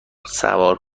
سوار